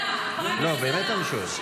באמת אני שואל.